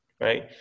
right